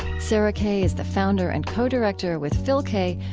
sarah kay is the founder and co-director, with phil kaye,